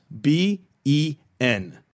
B-E-N